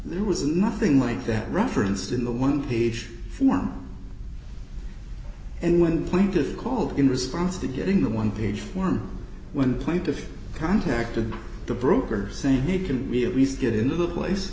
there was nothing like that referenced in the one page form and when plaintiff called in response to getting the one page form when plaintiff contacted the broker saying hey can we at least get into the place